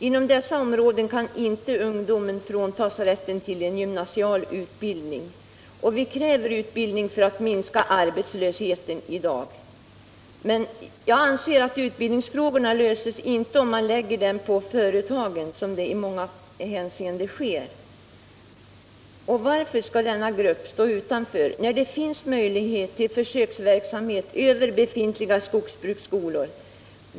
Inom dessa områden kan inte ungdomen fråntas rätten till en gymnasial utbildning, och vi kräver en utbildning för att minska arbetslösheten i dag. Utbildningsfrågorna blir inte lösta om man lägger utbildningen på företagen, som i många fall sker. Varför skall denna grupp stå utanför när det finns möjligheter till försöksverksamhet vid befintliga skogsbruksskolor?